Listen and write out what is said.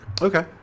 Okay